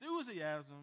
enthusiasm